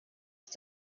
ist